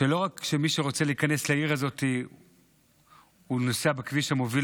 שלא רק מי שרוצה להיכנס לעיר הזאת נוסע בכביש המוביל